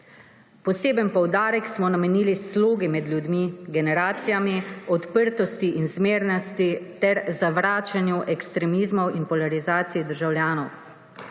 Poseben poudarek smo namenili slogi med ljudmi, generacijami, odprtosti in zmernosti ter zavračanju ekstremizmov in polarizacije državljanov.